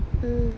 mm